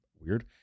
weird